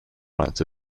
rights